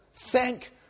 thank